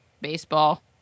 baseball